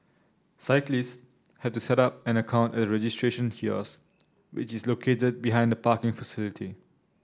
cyclists have to set up an account at the registration kiosks which is located behind the parking facility